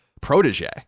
protege